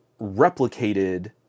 replicated